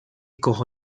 cojo